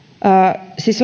siis